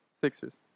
Sixers